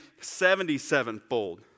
seventy-sevenfold